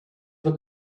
look